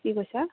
কি কৈছা